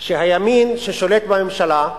שהימין ששולט בממשלה,